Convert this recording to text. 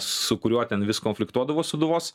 su kuriuo ten vis konfliktuodavo sūduvos